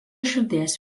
širdies